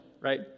right